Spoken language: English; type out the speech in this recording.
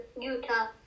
Utah